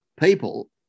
people